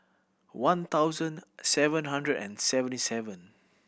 one thousand seven hundred and seventy seven